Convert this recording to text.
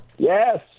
Yes